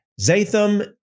Zatham